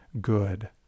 good